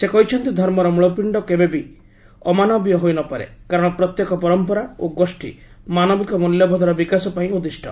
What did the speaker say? ସେ କହିଛନ୍ତି ଧର୍ମର ମୂଳପିଣ୍ଡ କେବେବି ଅମାନବୀୟ ହୋଇନପାରେ କାରଣ ପ୍ରତ୍ୟକ ପରମ୍ପରା ଓ ଗୋଷ୍ଠି ମାନବିକ ମୂଲ୍ୟବୋଧର ବିକାଶ ପାଇଁ ଉଦ୍ଦିଷ୍ଟ